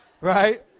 Right